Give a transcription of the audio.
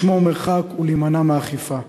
לשמור מרחק ולהימנע מעקיפה.